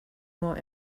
more